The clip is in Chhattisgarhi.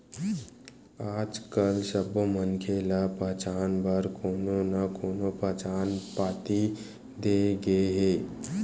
आजकाल सब्बो मनखे ल पहचान बर कोनो न कोनो पहचान पाती दे गे हे